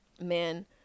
Man